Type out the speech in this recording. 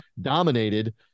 dominated